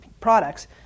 products